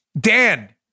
Dan